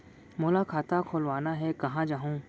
मोला खाता खोलवाना हे, कहाँ जाहूँ?